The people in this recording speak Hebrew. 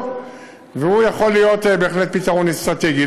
והוא יכול להיות בהחלט פתרון אסטרטגי.